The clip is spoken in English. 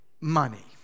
money